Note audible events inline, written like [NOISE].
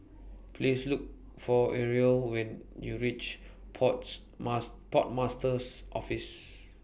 Please Look For Areli when YOU REACH ports [UNINTELLIGIBLE] Port Master's Office